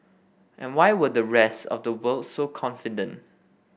and why were the rest of the world so confident